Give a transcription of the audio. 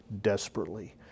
desperately